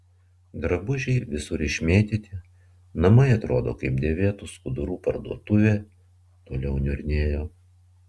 drabužiai visur išmėtyti namai atrodo kaip dėvėtų skudurų parduotuvė toliau niurnėjo